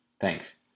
thanks